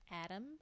Adam